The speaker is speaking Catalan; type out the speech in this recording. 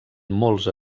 molts